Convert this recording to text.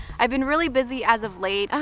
i've been really busy as of late, ugh,